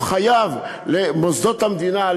הוא חייב למוסדות המדינה,